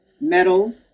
metal